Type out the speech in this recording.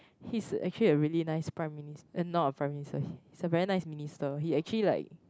he is actually a really nice Prime Minis~ then not a Prime-Minister so very nice Minister he actually like